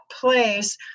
place